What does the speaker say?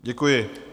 Děkuji.